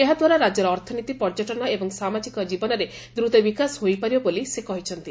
ଏହାଦ୍ୱାରା ରାକ୍ୟର ଅର୍ଥନୀତି ପର୍ଯ୍ୟଟନ ଏବଂ ସାମାଜିକ ଜୀବନରେ ଦ୍ଦୁତ ବିକାଶ ହୋଇପାରିବ ବୋଲି ସେ କହିଛନ୍ତି